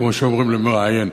כמו שאומרים למראיין,